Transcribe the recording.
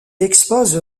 expose